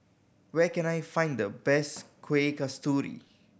where can I find the best Kueh Kasturi